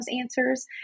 answers